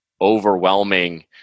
overwhelming